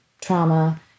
trauma